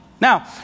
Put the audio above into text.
Now